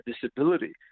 disability